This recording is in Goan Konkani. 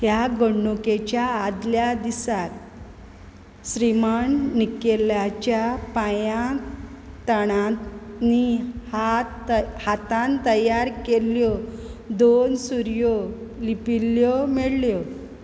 ह्या घडणुकेच्या आदल्या दिसा श्रीमान निकेल्ल्याच्या पांयांतणांनी हात हातान तयार केल्ल्यो दोन सुऱ्यो लिपिल्ल्यो मेळ्ळ्यो